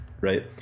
right